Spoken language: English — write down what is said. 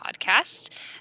podcast